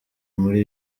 muri